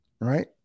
right